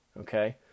okay